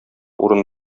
урын